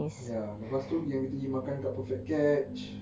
ya lepas tu yang kita you makan kat perfect catch